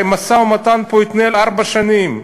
הרי המשא-ומתן התנהל פה ארבע שנים,